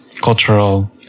cultural